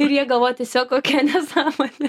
ir jie galvoja tiesiog kokia nesąmonė